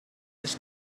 his